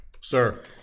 Sir